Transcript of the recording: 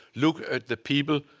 look at the people,